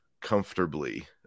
comfortably